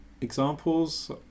examples